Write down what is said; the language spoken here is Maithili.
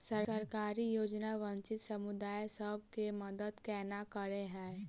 सरकारी योजना वंचित समुदाय सब केँ मदद केना करे है?